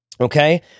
Okay